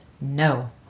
no